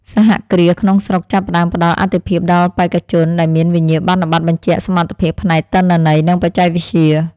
សហគ្រាសក្នុងស្រុកចាប់ផ្តើមផ្តល់អាទិភាពដល់បេក្ខជនដែលមានវិញ្ញាបនបត្របញ្ជាក់សមត្ថភាពផ្នែកទិន្នន័យនិងបច្ចេកវិទ្យា។